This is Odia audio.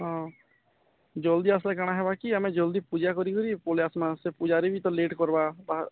ହଁ ଜଲ୍ଦି ଆସିଲେ କାଣା ହେବା କି ଆମେ ଜଲ୍ଦି ପୂଜା କରିକରି ପଲାଇ ଆସମା ସେ ପୂଜାରୀ ବି ତ ଲେଟ୍ କର୍ବା ବାହା